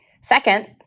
Second